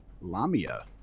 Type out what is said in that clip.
lamia